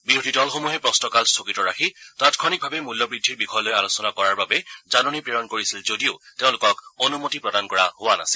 বিৰোধী দলসমূহে প্ৰশ্নকাল স্থগিত ৰাখি তাৎক্ষণিকভাৱে মূল্যবৃদ্ধিৰ বিষয় লৈ আলোচনা কৰাৰ বাবে জাননী প্ৰেৰণ কৰিছিল যদিও তেওঁলোকক অনুমতি প্ৰদান কৰা হোৱা নাছিল